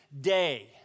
day